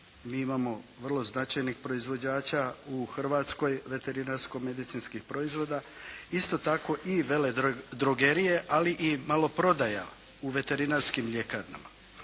mi imamo vrlo značajnih proizvođača u Hrvatskoj veterinarsko-medicinskih proizvoda, isto tako i vele drogerije, ali i malo prodaja u veterinarskim ljekarnama.